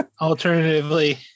alternatively